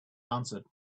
answered